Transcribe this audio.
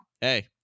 hey